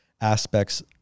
aspects